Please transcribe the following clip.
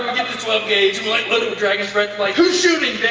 get the twelve gauge and we're like loading the dragons breath and like who's shooting?